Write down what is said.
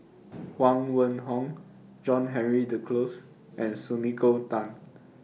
Huang Wenhong John Henry Duclos and Sumiko Tan